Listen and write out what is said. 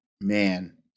man